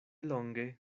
longe